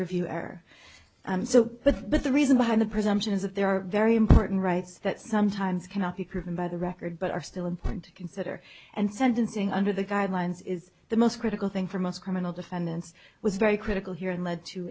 are so but but the reason behind the presumption is that there are very important rights that sometimes cannot be proven by the record but are still important to consider and sentencing under the guidelines is the most critical thing for most criminal defendants was very critical here and led to